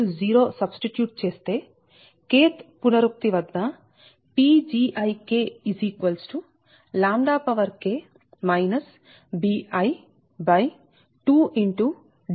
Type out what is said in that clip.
0 substitute చేస్తే kth పునరుక్తి వద్ద Pgi bi2diBii